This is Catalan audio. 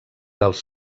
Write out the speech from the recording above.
dels